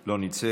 לא נמצאת.